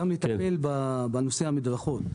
אלא גם כדי לטפל בנושא המדרכות.